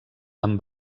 amb